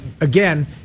again